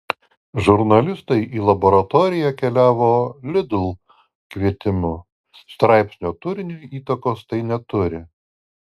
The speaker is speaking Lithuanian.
žurnalistai į laboratoriją keliavo lidl kvietimu straipsnio turiniui įtakos tai neturi